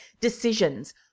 decisions